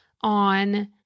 on